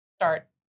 start